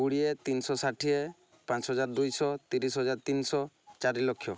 କୋଡ଼ିଏ ତିନିଶହ ଷାଠିଏ ପାଞ୍ଚ ହଜାର ଦୁଇଶହ ତିରିଶ ହଜାର ତିନିଶହ ଚାରିଲକ୍ଷ